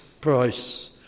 price